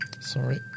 sorry